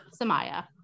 Samaya